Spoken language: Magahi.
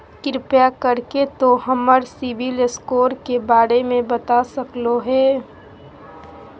कृपया कर के तों हमर सिबिल स्कोर के बारे में बता सकलो हें?